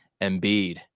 Embiid